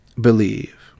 believe